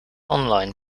online